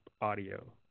audio